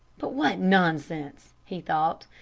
but what nonsense! he thought.